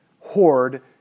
hoard